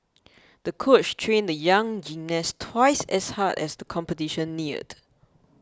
the coach trained the young gymnast twice as hard as the competition neared